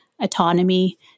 autonomy